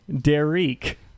Derek